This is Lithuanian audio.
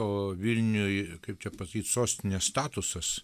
o vilniuj kaip čia pasakyt sostinės statusas